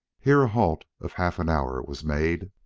here a halt of half an hour was made,